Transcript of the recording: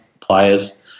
players